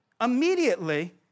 immediately